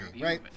right